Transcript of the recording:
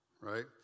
right